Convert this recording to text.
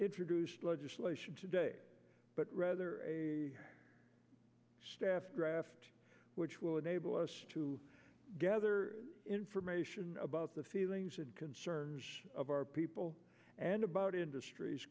introduced legislation today but rather a staff draft which will enable us to gather information about the feelings and concerns of our people and about industr